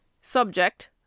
subject